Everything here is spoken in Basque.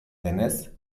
denez